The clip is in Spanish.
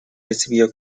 recibió